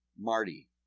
Marty